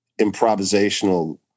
improvisational